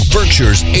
Berkshire's